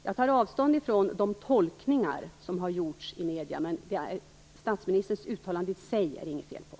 Jag tar avstånd ifrån de tolkningar som har gjorts i medierna, men statministerns uttalande i sig är det inget fel på.